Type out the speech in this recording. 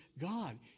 God